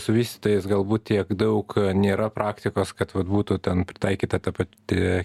su vystytojais galbūt tiek daug nėra praktikos kad vat būtų ten pritaikyta ta pati